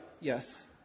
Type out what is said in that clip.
yes